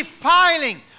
defiling